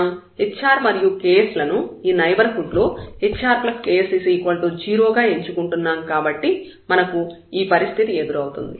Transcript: మనం hr మరియు ks లను ఈ నైబర్హుడ్ లో hrks 0 గా ఎంచుకుంటున్నాం కాబట్టి మనకు ఈ పరిస్థితి ఎదురవుతుంది